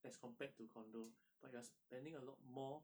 as compared to condo but you are spending a lot more